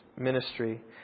ministry